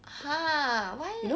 !huh! why